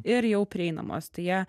ir jau prieinamos tai jie